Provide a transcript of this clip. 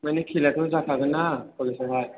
माने खेलायाथ' जाखागोन ना कलेजावहाय